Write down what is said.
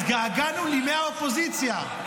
התגעגענו לימי האופוזיציה.